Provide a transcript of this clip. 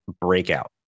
breakout